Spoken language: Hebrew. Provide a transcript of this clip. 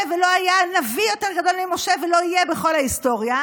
ולא היה נביא יותר גדול ממשה ולא יהיה בכל ההיסטוריה,